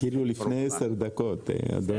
לפני עשר דקות, אדוני.